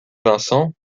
vincent